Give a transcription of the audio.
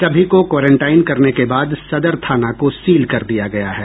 सभी को क्वारेंटाईन करने के बाद सदर थाना को सील कर दिया गया है